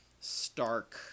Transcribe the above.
stark